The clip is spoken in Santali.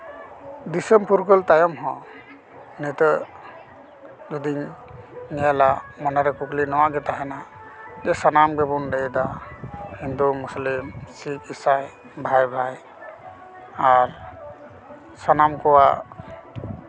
ᱫᱤᱥᱚᱢ ᱯᱷᱩᱨᱜᱟᱹᱞ ᱛᱟᱭᱚᱢ ᱦᱚᱸ ᱱᱤᱛᱚᱜ ᱡᱩᱫᱤᱧ ᱧᱮᱞᱟ ᱢᱚᱱᱮᱨᱮ ᱠᱩᱠᱞᱤ ᱱᱚᱣᱟᱜᱮ ᱛᱟᱦᱮᱱᱟ ᱡᱮ ᱥᱟᱱᱟᱢ ᱜᱮᱵᱚᱱ ᱞᱟᱹᱭᱫᱟ ᱦᱤᱱᱫᱩ ᱢᱩᱥᱞᱤᱢ ᱥᱤᱠᱷ ᱤᱥᱟᱭ ᱵᱷᱟᱭ ᱵᱷᱟᱭ ᱟᱨ ᱥᱟᱱᱟᱢ ᱠᱚᱣᱟᱜ